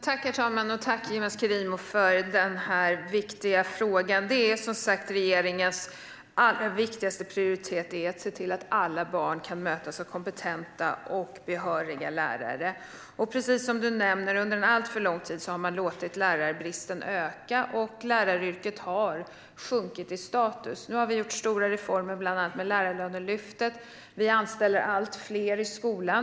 Herr talman! Tack, Yilmaz Kerimo för den viktiga frågan! Regeringens allra viktigaste prioritet är att se till att alla barn kan mötas av kompetenta och behöriga lärare. Precis som du nämner har man under alltför lång tid låtit lärarbristen öka, och läraryrket har sjunkit i status. Nu har vi gjort stora reformer med bland annat lärarlönelyftet. Vi anställer allt fler i skolan.